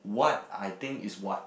what I think is what